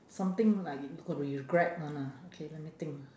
something like you got to regret [one] ah okay let me think